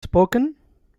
spoken